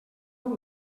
amb